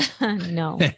No